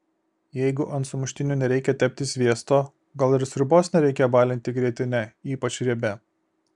jeigu ant sumuštinių nereikia tepti sviesto gal ir sriubos nereikia balinti grietine ypač riebia